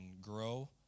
grow